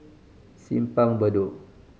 Simpang Bedok